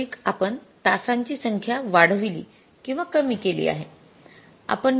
वास्तविक आपण तासांची संख्या वाढविली किंवा कमी केली आहे